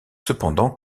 cependant